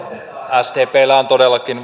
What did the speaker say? sdpllä on todellakin